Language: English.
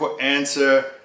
answer